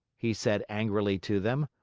he said angrily to them.